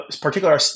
Particular